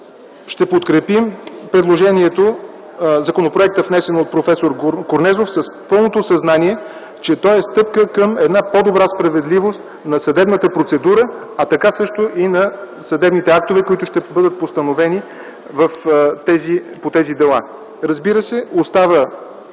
ще подкрепим законопроекта, внесен от проф. Корнезов, с пълното съзнание, че той е стъпка към повече справедливост на съдебната процедура, а и на съдебните актове, които ще бъдат постановени по тези дела. Разбира се, остава